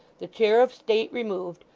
the chair of state removed,